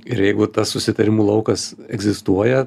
ir jeigu tas susitarimų laukas egzistuoja